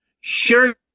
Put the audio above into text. sure